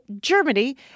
Germany